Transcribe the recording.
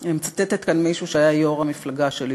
אני מצטטת כאן מישהו שהיה יושב-ראש המפלגה שלי,